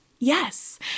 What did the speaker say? Yes